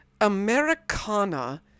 Americana